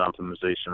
optimization